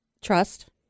Trust